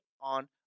on